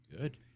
Good